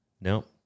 nope